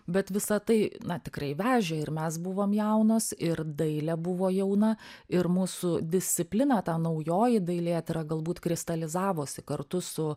bet visa tai na tikrai vežė ir mes buvom jaunos ir dailė buvo jauna ir mūsų disciplina ta naujoji dailėtyra galbūt kristalizavosi kartu su